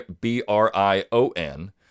B-R-I-O-N